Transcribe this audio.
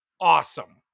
awesome